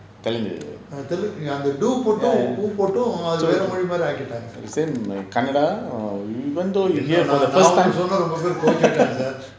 telugu ya same like kannada even though you hear for the first time